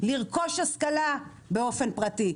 לרכוש השכלה באופן פרטי.